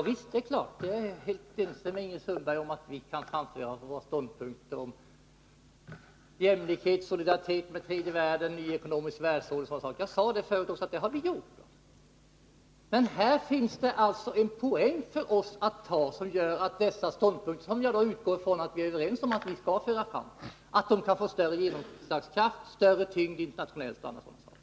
Herr talman! Jag är helt ense med Ingrid Sundberg om att vi kan framföra våra ståndpunkter om jämlikhet, solidaritet med tredje världen, en ny ekonomisk världsordning och sådana saker. Det sade jag redan förut, och vi har framfört våra åsikter i dessa frågor. Men här finns en poäng att ta. Våra ståndpunkter, som jag utgår från att vi är överens om skall föras fram, kan få större genomslagskraft och större tyngd internationellt.